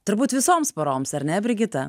turbūt visoms poroms ar ne brigita